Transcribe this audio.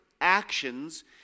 actions